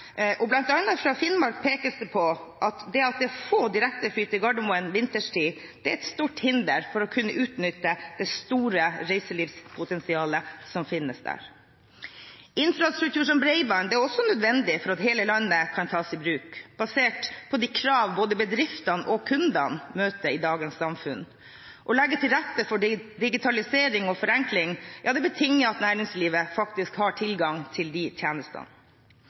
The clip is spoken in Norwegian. det er få direktefly fra Gardermoen vinterstid, er et stort hinder for å kunne utnytte det store reiselivspotensialet som finnes der. Infrastruktur som bredbånd er også nødvendig for at hele landet kan tas i bruk – basert på de krav både bedriftene og kundene møter i dagens samfunn. Å legge til rette for digitalisering og forenkling betinger at næringslivet faktisk har tilgang til disse tjenestene.